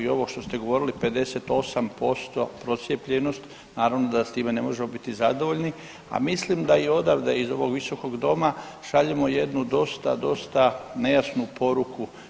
I ovo što ste govorili 58% procijepljenost naravno da s time ne možemo biti zadovoljni, a mislim da i odavde iz ovog visokog doma šaljemo jednu dosta, dosta nejasnu poruku.